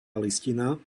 listina